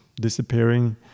disappearing